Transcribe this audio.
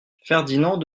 ferdinand